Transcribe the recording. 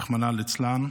רחמנא ליצלן.